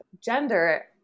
gender